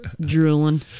Drooling